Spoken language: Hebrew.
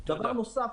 בנוסף,